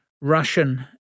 Russian